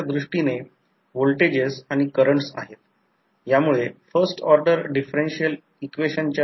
आणि जर shell type transformer तेथे असेल तर त्यात लो व्होल्टेज वाइंडिंग आणि हाय व्होल्टेज वाइंडिंग असेल तर लो व्होल्टेज वाइंडिंग आणि हाय व्होल्टेज वाइंडिंग